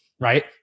right